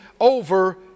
over